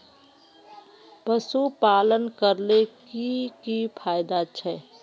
पशुपालन करले की की फायदा छे?